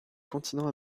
continent